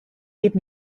give